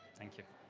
thank you.